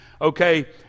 Okay